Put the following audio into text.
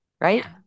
right